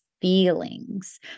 feelings